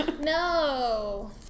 No